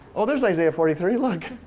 oh there's isaiah forty three, look.